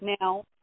now